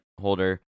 holder